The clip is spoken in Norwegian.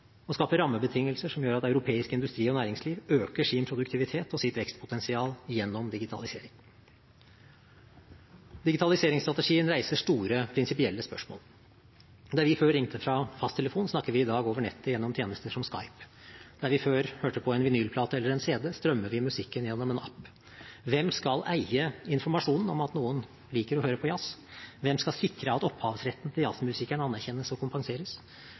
å skape rammebetingelser som gjør at europeisk industri og næringsliv øker sin produktivitet og sitt vekstpotensial gjennom digitalisering. Digitaliseringsstrategien reiser store prinsipielle spørsmål. Der vi før ringte fra fasttelefon, snakker vi i dag over nettet gjennom tjenester som Skype. Der vi før hørte på en vinylplate eller en cd, strømmer vi musikken gjennom en app. Hvem skal eie informasjonen om at noen liker å høre på jazz? Hvem skal sikre at opphavsretten til jazzmusikeren anerkjennes og kompenseres?